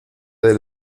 del